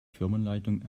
firmenleitung